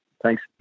thanks